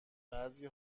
بعضی